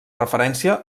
referència